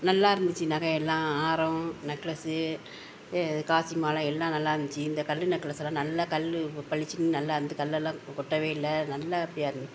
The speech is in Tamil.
நல்லாருந்துச்சு நகையெல்லாம் ஆரம் நெக்லஸு காசு மாலை எல்லாம் நல்லாருந்துச்சு இந்த கல் நெக்லஸெல்லாம் நல்லா கல் பளிச்சினு நல்லா அந்த கல்லெல்லாம் கொட்டவே இல்லை நல்லபடியாக இருந்